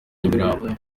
nyamirambo